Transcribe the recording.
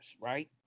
right